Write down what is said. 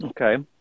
Okay